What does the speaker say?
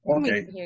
Okay